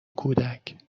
کودک